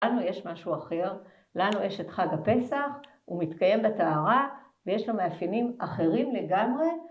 לנו יש משהו אחר, לנו יש את חג הפסח, הוא מתקיים בטהרה ויש לו מאפיינים אחרים לגמרי.